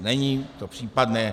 Není to případné.